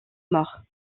mort